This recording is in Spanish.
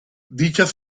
dichas